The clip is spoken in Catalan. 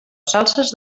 salses